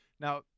Now